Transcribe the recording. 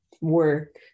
work